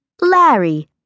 Larry